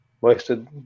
wasted